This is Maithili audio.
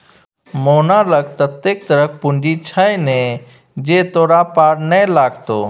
मोहना लग ततेक तरहक पूंजी छै ने जे तोरा पार नै लागतौ